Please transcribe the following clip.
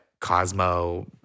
Cosmo